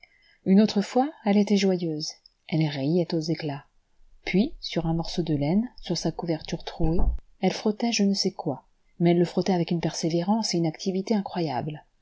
une autre fois elle était joyeuse elle riait aux éclats puis sur un morceau de laine sur sa couverture trouée elle frottait je ne sais quoi mais elle le frottait avec une persévérance et une activité incroyables